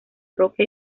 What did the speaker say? roque